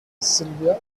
sylvia